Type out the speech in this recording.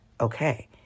okay